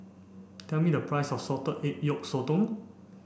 tell me the price of Salted Egg Yolk Sotong